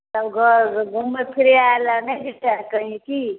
सब घर घुमै फिरैलए नहि जाएब कहीँ कि